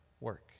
work